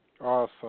awesome